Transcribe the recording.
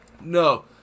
No